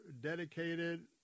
dedicated